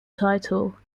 title